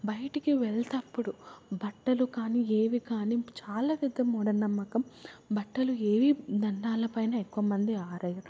బయటికి వెళ్తాప్పుడు బట్టలు కానీ ఏవి కానీ చాలా పెద్ద మూఢ నమ్మకం బట్టలు ఏవి దండాలు పైన ఎక్కువమంది ఆరయ్యరు